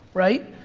right?